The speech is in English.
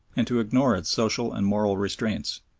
and to ignore its social and moral restraints,